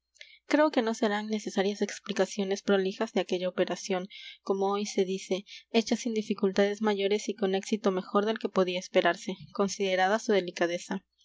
creo que no serán necesarias explicaciones prolijas de aquella operación como hoy se dice hecha sin dificultades mayores y con éxito mejor del que podía esperarse considerada su delicadeza